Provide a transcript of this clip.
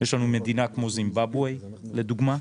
יש לנו מדינה כמו זימבאבווה לדוגמה,